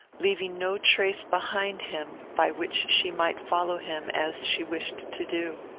leaving no trace behind him by which she might follow him, as she wished to do.